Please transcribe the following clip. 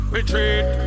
Retreat